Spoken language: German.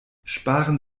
sparen